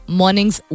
mornings